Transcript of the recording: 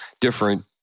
Different